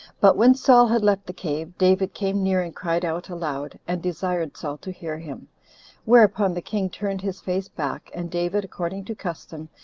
but when saul had left the cave, david came near and cried out aloud, and desired saul to hear him whereupon the king turned his face back, and david, according to custom,